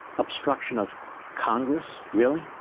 obstruction of congress? really?